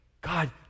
God